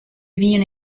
wiene